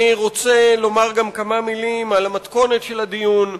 אני רוצה לומר גם כמה מלים על המתכונת של הדיון,